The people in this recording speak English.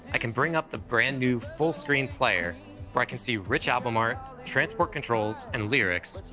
i can bring up the brand-new full-screen player, where i can see rich album art, transport controls and lyrics,